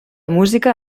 música